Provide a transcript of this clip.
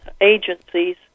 agencies